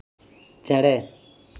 ᱪᱮᱬᱮ